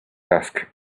ask